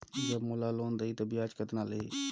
जब मोला लोन देही तो ब्याज कतना लेही?